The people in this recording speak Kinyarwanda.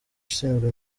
ushinzwe